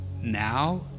now